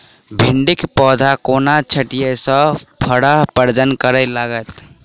भिंडीक पौधा कोना छोटहि सँ फरय प्रजनन करै लागत?